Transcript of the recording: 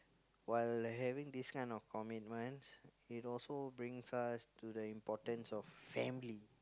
while having this kind of commitments it also brings us to the importance of family